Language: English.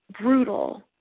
brutal